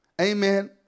Amen